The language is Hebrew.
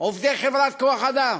עובדי חברות כוח-אדם.